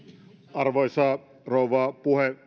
arvoisa